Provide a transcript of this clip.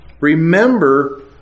Remember